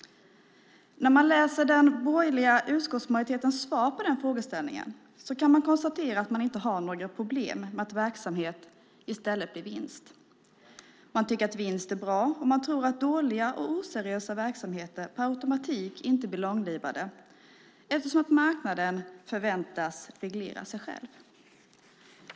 När jag läser den borgerliga utskottsmajoritetens svar på frågan kan jag konstatera att man inte har några problem med att verksamhet i stället blir vinst. Man tycker att vinst är bra, och man tror att dåliga och oseriösa verksamheter per automatik inte blir långlivade eftersom marknaden förväntas reglera sig själv.